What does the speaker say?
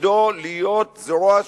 יגיד: